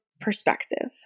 perspective